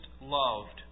loved